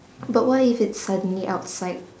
but what if it's suddenly outside